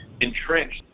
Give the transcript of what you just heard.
entrenched